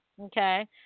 Okay